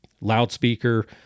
loudspeaker